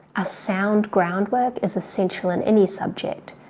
a sound groundwork is essential in any subject.